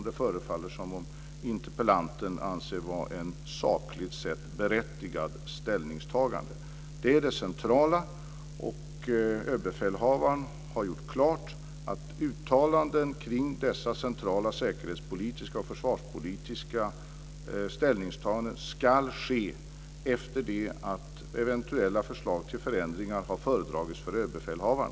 Det förefaller som om interpellanten anser att det är ett sakligt sett berättigat ställningstagande. Det är det centrala. Överbefälhavaren har gjort klart att uttalanden kring dessa centrala säkerhetspolitiska och försvarspolitiska ställningstaganden ska ske efter det att eventuella förslag till förändringar har föredragits för överbefälhavaren.